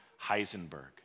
Heisenberg